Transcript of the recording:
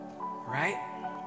Right